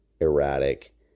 erratic